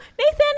Nathan